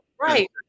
right